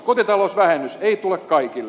kotitalousvähennys ei tule kaikille